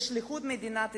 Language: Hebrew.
בשליחות מדינת ישראל,